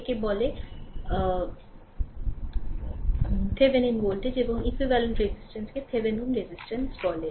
একে যে বলে Thevenin ভোল্টেজ এবং ইক্যুইভ্যালেন্ট রেজিস্টেন্সকে Thevenin রেজিস্ট্যান্স বলে